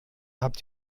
habt